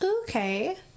Okay